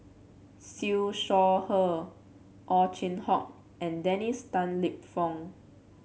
Siew Shaw Her Ow Chin Hock and Dennis Tan Lip Fong